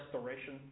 restoration